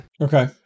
Okay